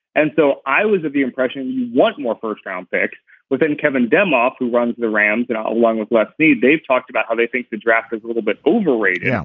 and so i was of the impression one more first round picks within kevin demme off who runs the rams and along with lefty they've talked about how they think the draft is a little bit overrated. yeah